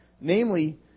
namely